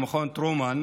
ממכון טרומן,